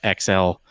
XL